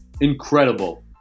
Incredible